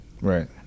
Right